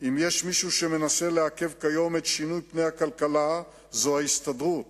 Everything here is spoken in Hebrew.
"אם יש מישהו שמנסה לעכב כיום את שינוי פני הכלכלה זו ההסתדרות".